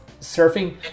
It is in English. surfing